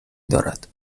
دارد